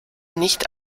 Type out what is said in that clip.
nicht